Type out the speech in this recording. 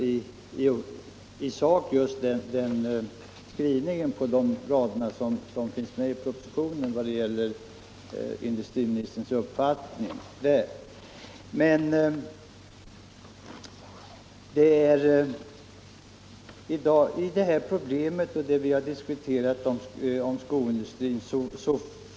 I sak delar jag industriministerns uppfattning när det gäller de rader som finns med i propositionen.